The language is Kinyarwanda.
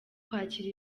kwakira